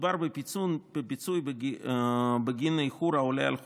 מדובר בפיצוי בגין איחור העולה על חודשיים.